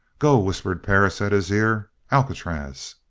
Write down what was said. go! whispered perris at his ear. alcatraz!